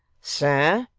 sir,